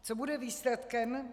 Co bude výsledkem?